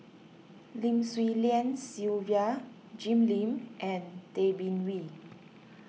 Lim Swee Lian Sylvia Jim Lim and Tay Bin Wee